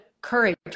courage